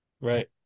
Right